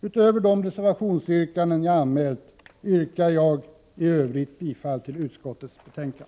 Utöver de reservationsyrkanden jag har anmält yrkar jag i övrigt bifall till utskottets hemställan.